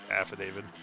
affidavit